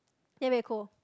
then very cold